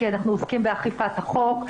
כי אנחנו עוסקים באכיפת החוק,